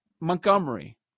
Montgomery